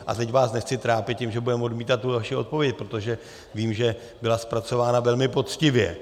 A teď vás nechci trápit, že budeme odmítat tu vaši odpověď, protože vím, že byla zpracována velmi poctivě.